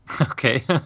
okay